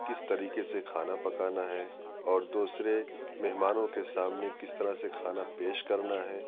کس طریکے سے کھانا پکانا ہے اور دوسرے مہمانوں کے سامنے کس طرح سے کھانا پیش کرنا ہے